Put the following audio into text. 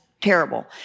terrible